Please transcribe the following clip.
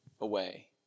away